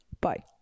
Bye